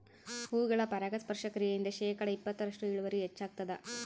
ಹೂಗಳ ಪರಾಗಸ್ಪರ್ಶ ಕ್ರಿಯೆಯಿಂದ ಶೇಕಡಾ ಇಪ್ಪತ್ತರಷ್ಟು ಇಳುವರಿ ಹೆಚ್ಚಾಗ್ತದ